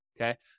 Okay